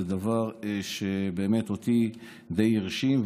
זה דבר שבאמת די הרשים אותי,